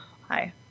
Hi